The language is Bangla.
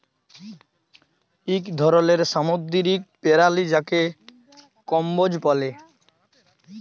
ইক ধরলের সামুদ্দিরিক পেরালি যাকে কম্বোজ ব্যলে